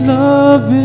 love